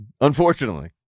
Unfortunately